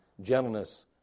gentleness